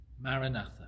Maranatha